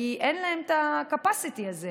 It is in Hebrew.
כי אין להן את ה-capacity הזה,